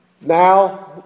Now